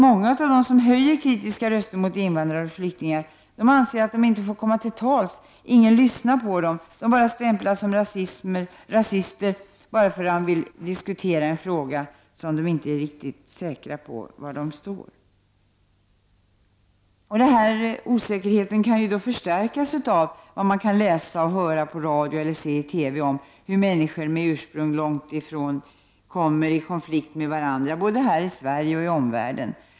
Många av dem som höjer kritiska röster mot invandrare och flyktingar anser att de inte får komma till tals — ingen lyssnar på dem utan de bara stämplas som rasister eftersom de vill diskutera en fråga där de inte är säkra på var de står. Denna osäkerhet kan förstärkas av vad man kan läsa i tidningarna, höra i radio eller se på TV om hur människor med ursprung långt bortifrån kommer i konflikt med varandra både här i Sverige och i omvärlden.